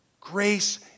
Grace